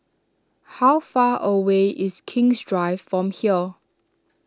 how far away is King's Drive from here